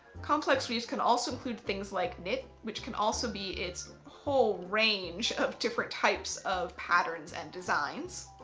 complex weaves can also include things like knit which can also be its whole range of different types of patterns and designs.